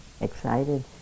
excited